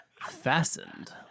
fastened